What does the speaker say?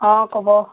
অঁ ক'ব